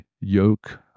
yoke